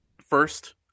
First